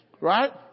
Right